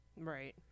Right